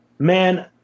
Man